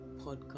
podcast